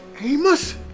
Amos